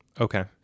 Okay